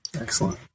Excellent